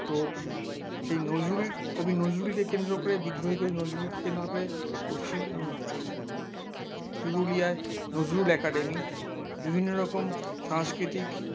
তো সেই নজরুল কবি নজরুলকে কেন্দ্র করে বিদ্রোহী কবি নজরুলকে কেন্দ্র করে পশ্চিম চুরুলিয়ায় নজরুল অ্যাকাডেমি বিভিন্ন রকম সাংস্কৃতিক